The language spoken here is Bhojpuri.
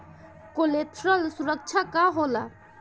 कोलेटरल सुरक्षा का होला?